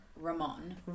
Ramon